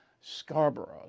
Scarborough